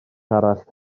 arall